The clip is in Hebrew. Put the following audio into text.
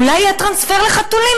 אולי יהיה טרנספר לחתולים,